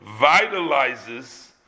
vitalizes